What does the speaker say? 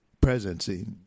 presidency